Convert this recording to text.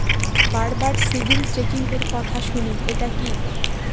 বারবার সিবিল চেকিংএর কথা শুনি এটা কি?